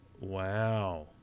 wow